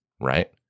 right